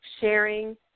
sharing